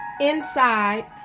inside